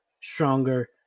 stronger